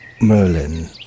Merlin